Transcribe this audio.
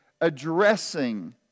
addressing